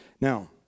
Now